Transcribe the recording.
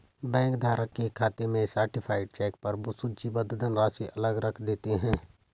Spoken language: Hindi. बैंक धारक के खाते में सर्टीफाइड चेक पर सूचीबद्ध धनराशि को अलग रख देते हैं